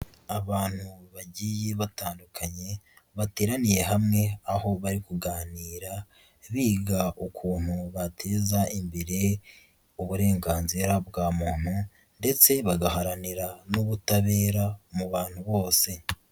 Abantu bagiye batandukanye, bateraniye hamwe aho bari kuganira, biga ukuntu bateza imbere uburenganzira bwa muntu ndetse bagaharanira n'ubutabera mu bantu bose.